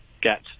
get